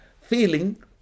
feeling